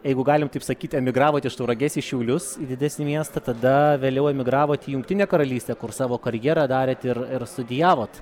jeigu galim taip sakyti emigravot iš tauragės į šiaulius į didesnį miestą tada vėliau emigravot į jungtinę karalystę kur savo karjerą darėt ir ir studijavot